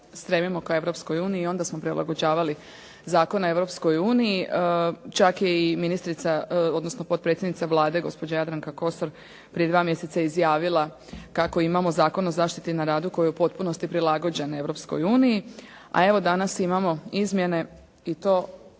uniji i onda smo prilagođavali zakone Europskoj uniji. Čak je i ministrica odnosno potpredsjednica Vlade, gospođa Jadranka Kosor, prije dva mjeseca izjavila kako imamo Zakon o zaštiti na radu koji je u potpunosti prilagođen Europskoj uniji, a evo danas imamo izmjene i to ni